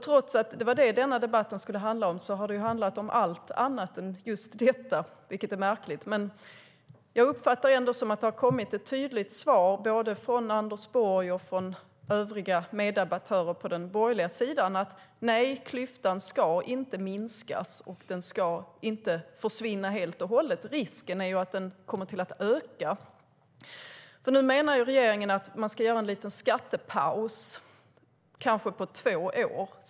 Trots att det var det som debatten skulle handla om har den handlat om allt annat än just detta, vilket är märkligt. Jag uppfattar det ändå som att det har kommit ett tydligt svar både från Anders Borg och från övriga meddebattörer på den borgerliga sidan: Nej, klyftan ska inte minska, och den ska inte försvinna helt och hållet. Risken är att den kommer att öka. Nu menar nämligen regeringen att man ska göra en liten skattepaus på kanske två år.